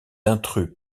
intrus